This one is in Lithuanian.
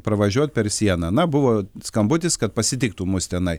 pravažiuot per sieną na buvo skambutis kad pasitiktų mus tenai